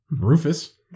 Rufus